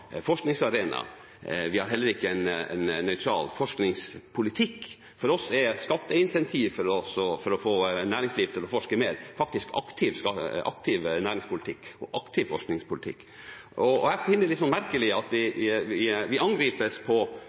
forskningsarena, vi har heller ikke en nøytral forskningspolitikk. For oss er et skatteincentiv for å få næringslivet til å forske mer, faktisk aktiv næringspolitikk og aktiv forskningspolitikk. Jeg finner det litt merkelig at vi angripes på